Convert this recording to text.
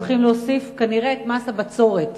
הולכים להוסיף כנראה את מס הבצורת.